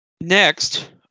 Next